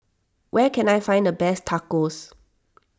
where can I find the best Tacos